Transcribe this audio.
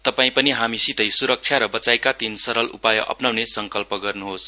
तपाई पनि हामीसितै स्रक्षा र वचाइका तीन सरल उपाय अप्नाउने संकल्प गर्नुहोस